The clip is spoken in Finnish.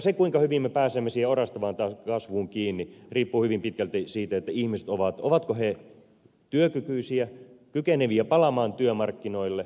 se kuinka hyvin me pääsemme siihen orastavaan kasvuun kiinni riippuu hyvin pitkälti siitä ovatko ihmiset työkykyisiä kykeneviä palaamaan työmarkkinoille